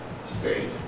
state